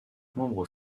membres